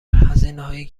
هزینههای